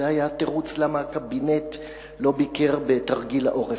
זה היה התירוץ למה הקבינט לא ביקר בתרגיל העורף.